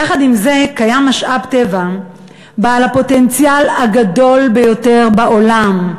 יחד עם זה קיים בה משאב הטבע בעל הפוטנציאל הגדול ביותר בעולם,